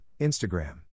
Instagram